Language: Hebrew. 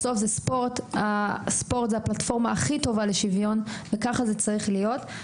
ספורט זה הפלטפורמה הכי טובה לשוויון וככה זה צריך להיות.